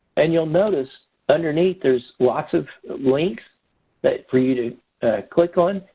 and you'll notice underneath there's lots of links for you, to click on.